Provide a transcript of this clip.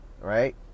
right